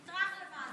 נטרח למענם.